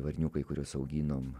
varniukai kuriuos auginom